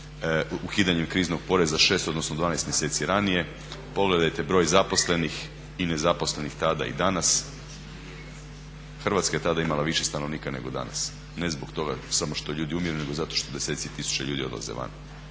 ukidanju kriznog poreza 6 odnosno 12 mjeseci ranije, pogledajte broj zaposlenih i nezaposlenih tada i danas. Hrvatska je tada imala više stanovnika nego danas. Ne zbog toga samo što ljudi umiru nego zato što deseci tisuća ljudi odlaze van.